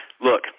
look